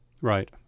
Right